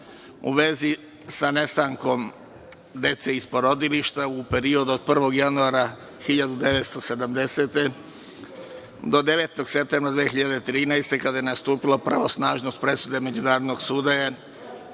u vezi sa nestankom dece iz porodilišta u periodu od 1. januara 1970. godine do 9. septembra 2013. godine, kada je nastupila pravosnažnost presude Međunarodnog suda,